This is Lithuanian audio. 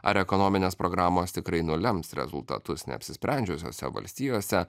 ar ekonominės programos tikrai nulems rezultatus neapsisprendžiusiose valstijose